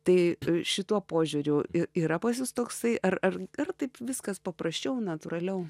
tai šituo požiūriu yra pas jus toksai ar ar yra taip viskas paprasčiau natūraliau